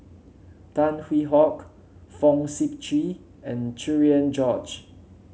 Tan Hwee Hock Fong Sip Chee and Cherian George